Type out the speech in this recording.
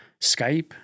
Skype